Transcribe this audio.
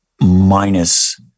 minus